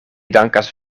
dankas